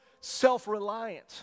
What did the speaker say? self-reliant